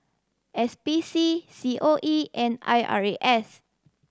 S P C C O E and I R A S